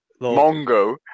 Mongo